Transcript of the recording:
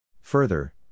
Further